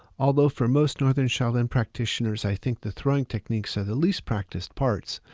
although for most northern shaolin practitioners, i think the throwing techniques are the least practiced parts,